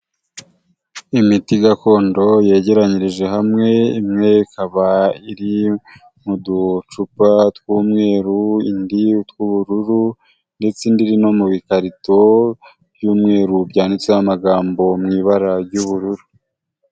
Imiti gakondo yegeranyirije hamwe, imwe ikaba iri mu ducupa tw'umweru, indi utw'ubururu ndetse indi iri no mu bikarito by'umweru, byanditseho amagambo mu ibara ry'ubururu.